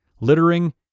littering